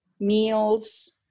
meals